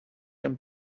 him